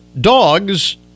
dogs